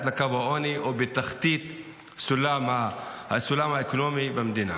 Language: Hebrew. לקו העוני או בתחתית הסולם הסוציו-אקונומי במדינה.